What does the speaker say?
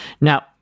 Now